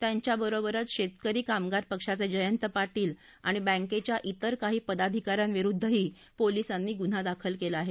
त्यांच्याबरोबरच शेतकरी कामगार पक्षाचे जयंत पाटील आणि बँकेच्या त्वेर काही पदाधिका यांविरुद्धही पोलिसांनी गुन्हा दाखल केला आहे